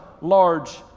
large